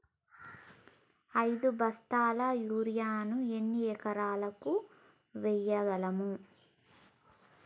ఐదు బస్తాల యూరియా ను ఎన్ని ఎకరాలకు వేయగలము?